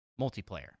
multiplayer